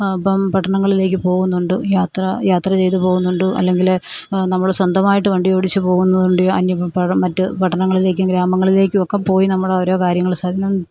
ആ ഇപ്പം പട്ടണങ്ങളിലേക്ക് പോകുന്നുണ്ട് യാത്ര യാത്ര ചെയ്തു പോകുന്നുണ്ട് അല്ലെങ്കിൽ നമ്മൾ സ്വന്തമായിട്ട് വണ്ടി ഓടിച്ചു പോകുന്നതുകൊണ്ട് അന്യ മറ്റു പട്ടണങ്ങളിലേക്കും ഗ്രാമങ്ങളിലേക്കും ഒക്കെ പോയി നമ്മളോരോ കാര്യങ്ങൾ